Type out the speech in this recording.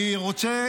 אני רוצה